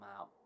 out